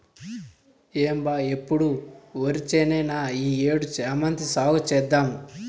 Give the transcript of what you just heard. ఏం బా ఎప్పుడు ఒరిచేనేనా ఈ ఏడు శామంతి సాగు చేద్దాము